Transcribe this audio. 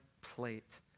plate